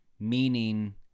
meaning